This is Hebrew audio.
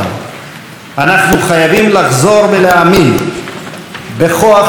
אנחנו חייבים לחזור ולהאמין בכוח של שיתוף פעולה,